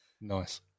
Nice